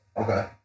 Okay